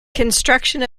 construction